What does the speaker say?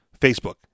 Facebook